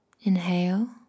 inhale